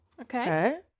Okay